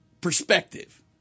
perspective